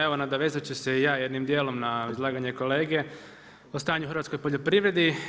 Evo nadovezat ću se i ja jednim dijelom na izlaganje kolege o stanju u hrvatskoj poljoprivredi.